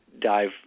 dive